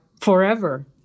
forever